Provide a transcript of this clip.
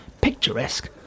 picturesque